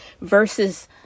versus